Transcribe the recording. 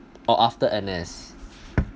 or after N_S